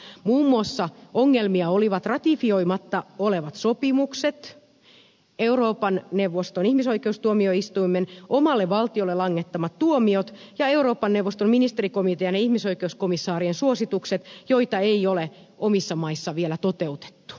ongelmia olivat muun muassa ratifioimatta olevat sopimukset euroopan neuvoston ihmisoikeustuomioistuimen omalle valtiolle langettamat tuomiot ja euroopan neuvoston ministerikomitean ja ihmisoikeuskomissaarien suositukset joita ei ole omissa maissa vielä toteutettu